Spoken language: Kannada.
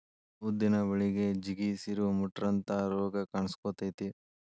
ಉದ್ದಿನ ಬಳಿಗೆ ಜಿಗಿ, ಸಿರು, ಮುಟ್ರಂತಾ ರೋಗ ಕಾನ್ಸಕೊತೈತಿ